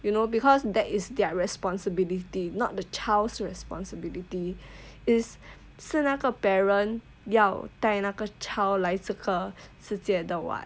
you know because that is their responsibility not the child's responsibility is 是那个 parent 要带那个 child 来这个世界的 [what]